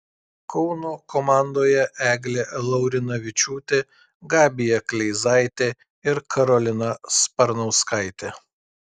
kauno komandoje eglė laurinavičiūtė gabija kleizaitė ir karolina sparnauskaitė